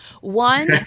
One